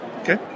Okay